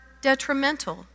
detrimental